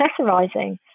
accessorizing